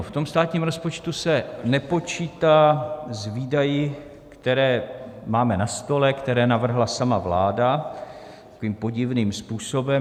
V tom státním rozpočtu se nepočítá s výdaji, které máme na stole, které navrhla sama vláda tím podivným způsobem.